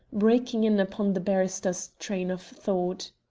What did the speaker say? breaking in upon the barrister's train of thought.